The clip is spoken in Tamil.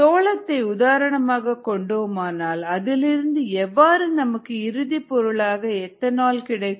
சோளத்தை உதாரணமாக கொண்டோமானால் அதிலிருந்து எவ்வாறு நமக்கு இறுதி பொருளாக எத்தனால் கிடைக்கும்